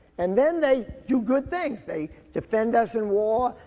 and then they do good things. they defend us in war,